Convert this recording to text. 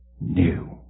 new